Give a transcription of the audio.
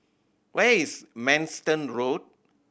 where is Manston Road